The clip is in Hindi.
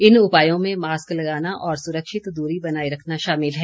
इन उपायों में मास्क लगाना और सुरक्षित दूरी बनाए रखना शामिल है